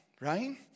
right